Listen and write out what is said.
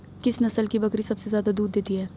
किस नस्ल की बकरी सबसे ज्यादा दूध देती है?